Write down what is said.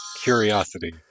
curiosity